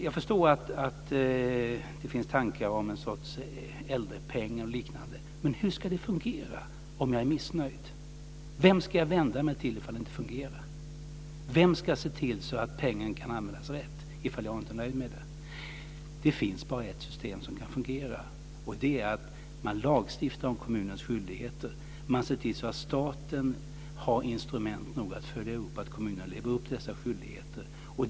Jag förstår att det finns tankar om en sorts äldrepeng och liknande, men hur ska det fungera om man är missnöjd? Vem ska man vända sig till om det inte fungerar? Vem ska se till att pengen kan användas rätt om man inte är nöjd med det? Det finns bara ett sätt som kan fungera, och det är att lagstifta om kommunens skyldigheter, att se till att staten har instrument nog att följa upp att kommunerna lever upp till sina skyldigheter.